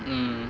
mm